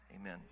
amen